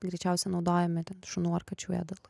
greičiausia naudojami šunų ar kačių ėdalui